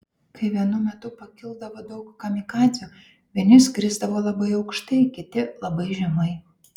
kai vienu metu pakildavo daug kamikadzių vieni skrisdavo labai aukštai kiti labai žemai